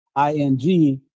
ing